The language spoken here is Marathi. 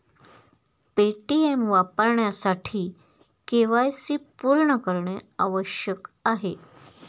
पेटीएम वापरण्यासाठी के.वाय.सी पूर्ण करणे आवश्यक आहे